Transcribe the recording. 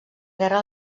guerra